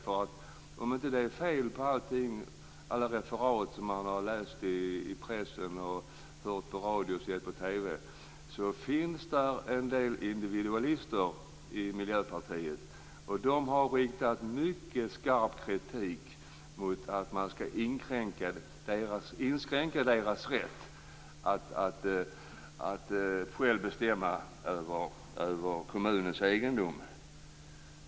Om det inte är fel på alla referat som man har läst i pressen, hört på radio och sett på TV finns det en del individualister i Miljöpartiet. De har riktat mycket skarp kritik mot att man skall inskränka kommunernas rätt att själva bestämma över sin egendom.